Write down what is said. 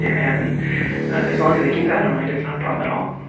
yeah and as long as i keep that in mind, it's not a problem at all.